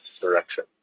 direction